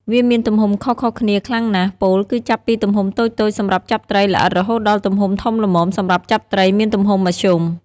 វាមានទំហំខុសៗគ្នាខ្លាំងណាស់ ពោលគឺចាប់ពីទំហំតូចៗសម្រាប់ចាប់ត្រីល្អិតរហូតដល់ទំហំធំល្មមសម្រាប់ចាប់ត្រីមានទំហំមធ្យម។